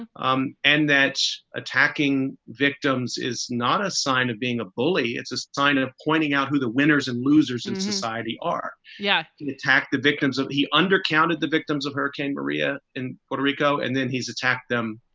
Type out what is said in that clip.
um and that attacking victims is not a sign of being a bully. it's a sign of pointing out who the winners and losers in society are. yeah. you attacked the victims of the under-counted, the victims of hurricane maria in puerto rico, and then he's attacked them.